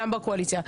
גם בקואליציה.